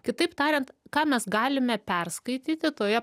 kitaip tariant ką mes galime perskaityti toje